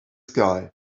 sky